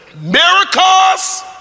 miracles